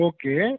Okay